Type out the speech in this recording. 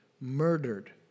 murdered